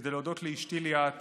כדי להודות לאשתי ליאת